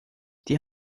die